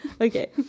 Okay